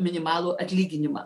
minimalų atlyginimą